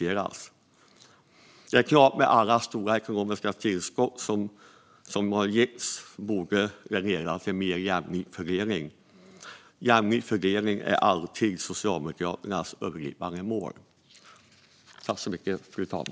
Det är klart att vi med alla stora ekonomiska tillskott som ges borde få en mer jämlik fördelning. Jämlik fördelning är alltid Socialdemokraternas övergripande mål.